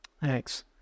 Thanks